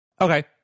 Okay